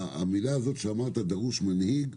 אמרת "דרוש מנהיג"